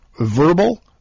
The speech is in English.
verbal